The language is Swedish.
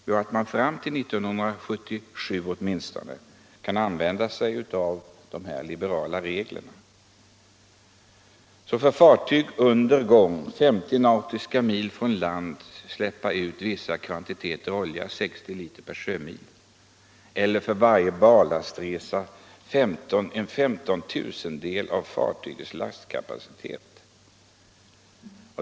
Jo, att man åtminstone fram till 1977 kan använda sig av de liberala reglerna. Fartyg under gång 50 nautiska mil från land får släppa ut vissa kvantiteter olja — 60 liter per sjömil eller för varje ballastresa en femtontusendel av fartygets lastkapacitet.